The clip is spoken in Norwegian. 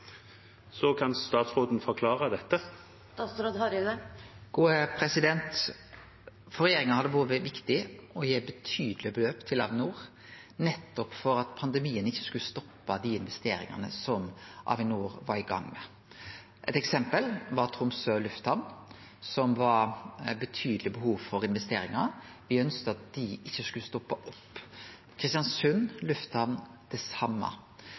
Kan statsråden forklare dette? For regjeringa har det vore viktig å gi eit betydeleg beløp til Avinor nettopp for at pandemien ikkje skulle stoppe dei investeringane som Avinor var i gang med. Eit eksempel er Tromsø lufthavn, som hadde betydeleg behov for investeringar, og me ønskte at dei ikkje skulle stoppe opp – Kristiansund lufthavn det same.